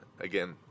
again